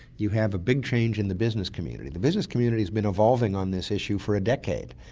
you have a big change in the business community. the business community has been evolving on this issue for a decade.